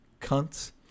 cunts